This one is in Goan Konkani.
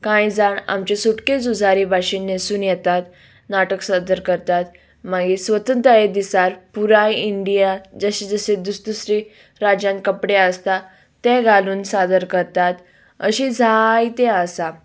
कांय जाण आमचे सुटके झुजारी भशेन न्हेसून येतात नाटक सादर करतात मागीर स्वतंत्रताये दिसा पुराय इंडिया जशें जशे दुस दुसरे राज्यान कपडे आसता ते घालून सादर करतात अशें जायते आसा